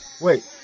Wait